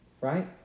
right